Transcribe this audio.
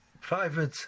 private